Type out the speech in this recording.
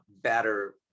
better